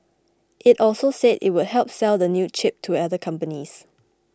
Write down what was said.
it also said it would sell the new chip to other companies